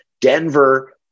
Denver